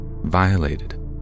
violated